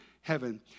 heaven